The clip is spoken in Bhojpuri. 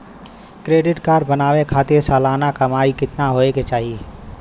क्रेडिट कार्ड बनवावे खातिर सालाना कमाई कितना होए के चाही?